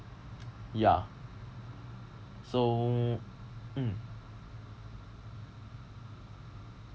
ya so mm